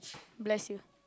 bless you